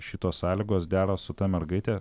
šitos sąlygos dera su ta mergaite